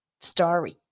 story